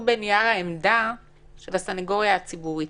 בנייר העמדה של הסנגוריה הציבורית.